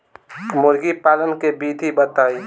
मुर्गी पालन के विधि बताई?